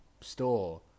store